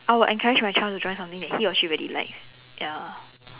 I will encourage my child to join something that he or she really likes ya